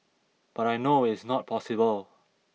but I know is not possible